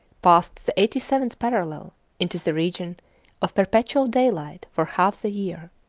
passed the eighty seventh parallel into the region of perpetual daylight for half the year.